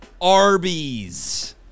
Arby's